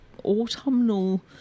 autumnal